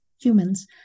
humans